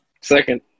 second